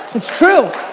it's true,